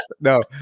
no